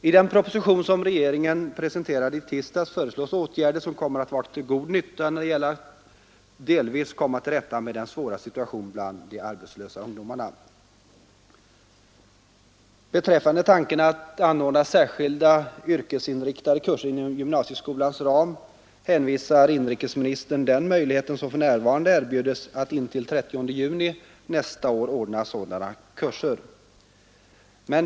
I den proposition som regeringen presenterade i tisdags föreslås åtgärder som kommer att vara till god nytta när det gäller att delvis komma till rätta med den svåra situationen bland de arbetslösa ungdomarna. Beträffande tanken att anordna särskilda yrkesinriktade kurser inom gymnasieskolans ram hänvisar inrikesministern till den möjlighet som för närvarande erbjuds att intill den 30 juni nästa år ordna sådana kurser.